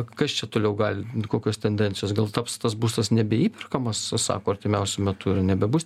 kas čia toliau gali kokios tendencijos gal taps tas būstas nebeįperkamas sako artimiausiu metu ir nebebus